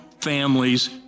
families